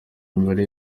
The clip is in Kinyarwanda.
imibare